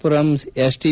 Puram S T